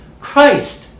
Christ